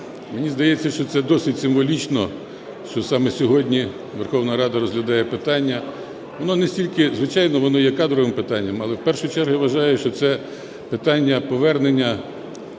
Мені здається, що це досить символічно, що саме сьогодні Верховна Рада розглядає питання. Воно не стільки... Звичайно, воно є кадровим питанням, але в першу чергу я вважаю, що це питання повернення